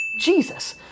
Jesus